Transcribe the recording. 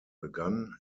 begann